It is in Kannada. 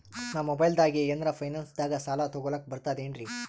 ನಾ ಮೊಬೈಲ್ದಾಗೆ ಏನರ ಫೈನಾನ್ಸದಾಗ ಸಾಲ ತೊಗೊಲಕ ಬರ್ತದೇನ್ರಿ?